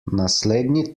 naslednji